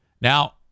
Now